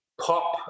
pop